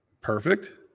Perfect